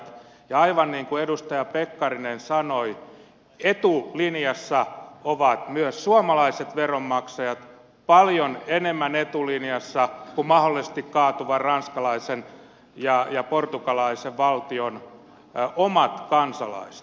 ja aivan niin kuin edustaja pekkarinen sanoi etulinjassa ovat myös suomalaiset veronmaksajat paljon enemmän etulinjassa kuin mahdollisesti kaatuvan ranskalaisen ja portugalilaisen valtion omat kansalaiset